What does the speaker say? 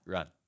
Run